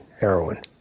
heroin